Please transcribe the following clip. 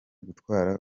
gutwara